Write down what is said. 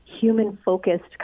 human-focused